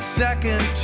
second